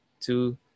Two